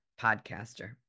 podcaster